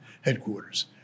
headquarters